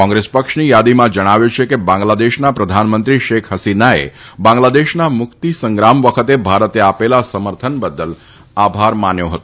કોંગ્રેસ પક્ષની યાદીમાં જણાવ્યું છે કે બાંગ્લાદેશના પ્રધાનમંત્રી શેખ હસીનાએ બાંગ્લાદેશના મુક્તી સંગ્રામ વખતે ભારતે આપેલા સમર્થન બદલ આભાર માન્યો હતો